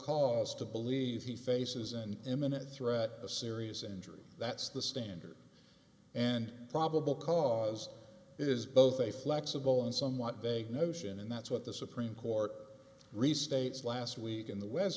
cause to believe he faces an imminent threat of serious injury that's the standard and probable cause is both a flexible and somewhat vague notion and that's what the supreme court restates last week in the west